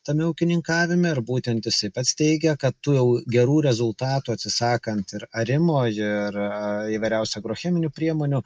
tame ūkininkavime ir būtent jisai pats teigia kad tų jau gerų rezultatų atsisakant ir arimo ir įvairiausių agrocheminių priemonių